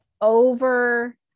over